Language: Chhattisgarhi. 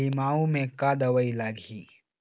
लिमाऊ मे का दवई लागिही?